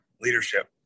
leadership